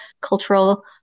cultural